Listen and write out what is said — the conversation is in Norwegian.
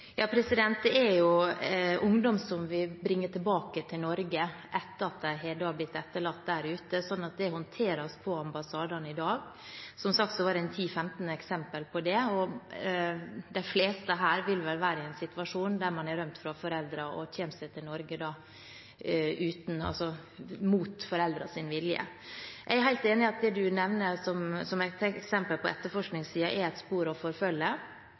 Det er jo ungdommer som vi bringer tilbake til Norge etter at de har blitt etterlatt der ute, så det håndteres ved ambassadene i dag. Som sagt er det 10–15 eksempler på det, og de fleste av dem vil vel være i en situasjon der de har rømt fra foreldrene, altså at de kommer seg til Norge mot foreldrenes vilje. Jeg er helt enig i at det representanten nevner som et eksempel på etterforskningsiden, er et spor å forfølge.